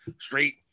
straight